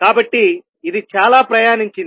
కాబట్టి ఇది చాలా ప్రయాణించింది